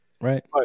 right